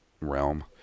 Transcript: realm